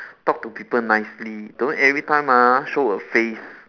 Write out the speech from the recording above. talk to people nicely don't every time ah show a face